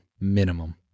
minimum